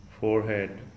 forehead